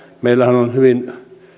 meillähän se on hyvin